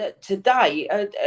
today